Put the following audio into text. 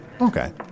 okay